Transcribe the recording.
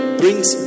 brings